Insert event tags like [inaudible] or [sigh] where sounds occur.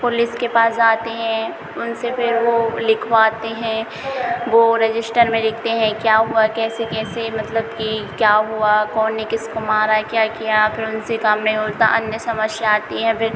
police के पास जाते हैं उनसे फिर वह लिखवाते हैं वह रजिश्टर में लिखते हैं क्या हुआ कैसे कैसे मतलब कि क्या हुआ कौन ने किसको मारा क्या किया फिर उनसे काम [unintelligible] अन्य समस्या आती हैं फिर